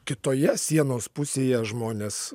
kitoje sienos pusėje žmonės